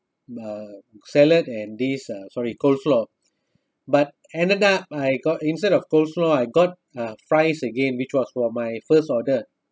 um salad and this uh sorry coleslaw but ended up I got instead of coleslaw I got uh fries again which was for my first order